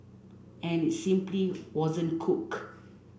and it simply wasn't cooked